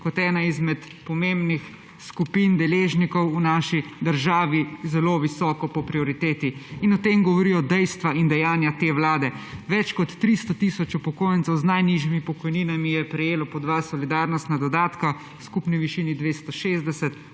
kot ena izmed pomembnih skupin deležnikov v naši državi zelo visoko po prioriteti. O tem govorijo dejstva in dejanja te vlade. Več kot 300 tisoč upokojencev z najnižjimi pokojninami je prejelo po dva solidarnostna dodatka v skupni višini 260